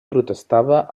protestava